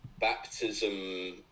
baptism